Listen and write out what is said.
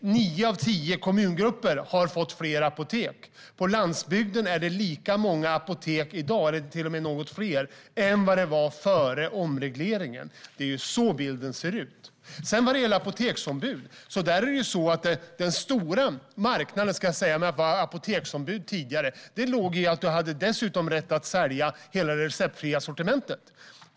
Nio av tio kommungrupper har fått fler apotek. På landsbygden är det lika många apotek i dag - eller till och med något fler - än före omregleringen. Det är så bilden ser ut. Den stora marknaden för apoteksombud var tidigare att man hade rätt att sälja hela det receptfria sortimentet.